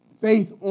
Faith